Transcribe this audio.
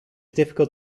difficult